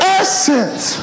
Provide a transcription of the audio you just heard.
essence